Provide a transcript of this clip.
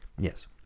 Yes